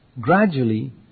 Gradually